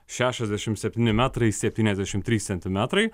šešiasdešim septyni metrai septyniasdešim trys centimetrai